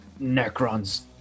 Necrons